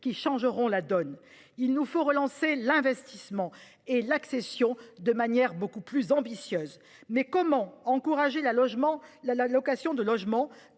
qui changeront la donne ! Il nous faut relancer l'investissement et l'accession de manière beaucoup plus ambitieuse. Mais comment voulez-vous encourager la location de logements